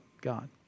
God